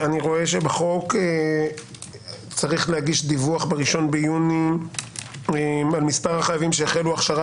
אני רואה שבחוק יש להגיש דיווח ב-1 ביוני על מספר החייבים שהחלו הכשרה